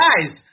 guys